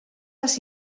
les